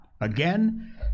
again